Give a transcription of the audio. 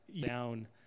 down